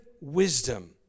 wisdom